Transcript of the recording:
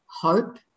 hope